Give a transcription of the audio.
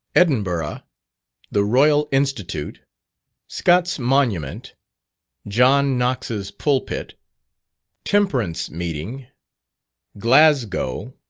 edinburgh the royal institute scott's monument john knox's pulpit temperance meeting glasgow